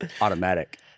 automatic